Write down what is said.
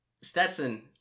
Stetson